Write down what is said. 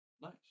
Nice